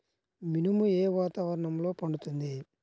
మినుము ఏ వాతావరణంలో పండుతుంది?